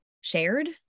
shared